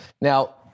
now